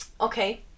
okay